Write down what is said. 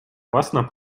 własna